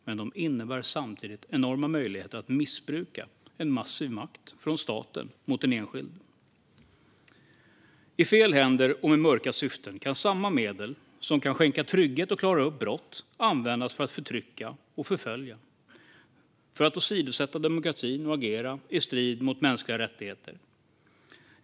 Men de innebär samtidigt enorma möjligheter att missbruka en massiv makt från staten mot en enskild. I fel händer och med mörka syften kan samma medel som kan skänka trygghet och klara upp brott användas för att förtrycka, förfölja, åsidosätta demokratin och agera i strid mot mänskliga rättigheter.